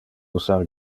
usar